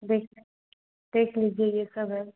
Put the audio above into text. देखिए देख लीजिए यह सब है